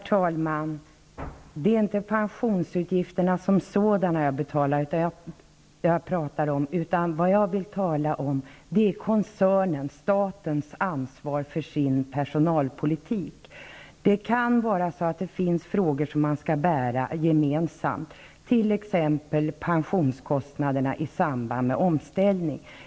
Herr talman! Det är inte pensionsutgifterna som sådana jag talar om, utan det är koncernen statens ansvar för sin personalpolitik. Det kan finnas frågor som man skall bära gemensamt, t.ex. pensionskostnaderna i samband med omställning.